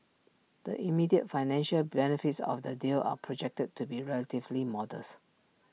the immediate financial benefits of the deal are projected to be relatively modest